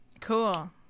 cool